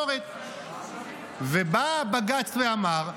בא בג"ץ ואמר,